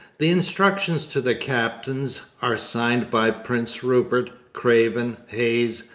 the instructions to the captains are signed by prince rupert, craven, hayes,